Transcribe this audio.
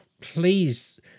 please